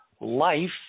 life